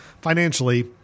financially